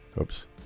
Oops